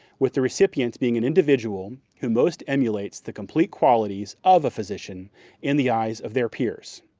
with the recipient being an individual who most emulates the complete qualities of a physician in the eyes of their peers.